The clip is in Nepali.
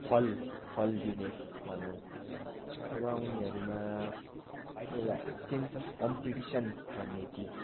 फल फल दिने भनौँ अथवा उनीहरूमा एउटा सेन्स अफ कम्पिटिसन भन्ने चिज